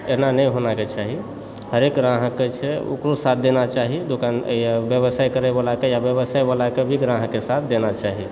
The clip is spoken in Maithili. एना नहि होनाके चाही हरेक ग्राहकके छै ओकरो साथ देना छै दोकान व्यवसाय करय वालाके या व्यवसाय वालाके भी ग्राहकके साथ दयके चाही